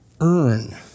earn